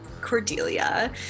Cordelia